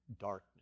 darkness